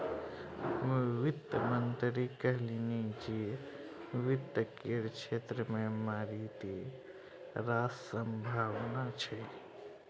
वित्त मंत्री कहलनि जे वित्त केर क्षेत्र मे मारिते रास संभाबना छै